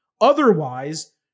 Otherwise